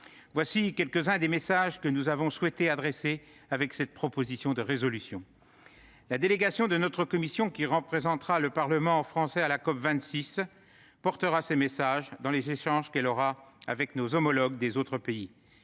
Voici quelques-uns des messages que nous avons souhaité adresser au moyen de cette proposition de résolution. La délégation de notre commission, qui représentera le Parlement français à la COP26, portera ces messages dans les échanges qu'elle aura avec nos homologues des autres pays.